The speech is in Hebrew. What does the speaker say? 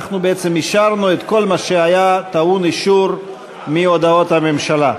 אנחנו בעצם אישרנו את כל מה שהיה טעון אישור מהודעות הממשלה.